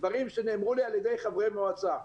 דברים שנאמרו לי על ידי חברי מועצה.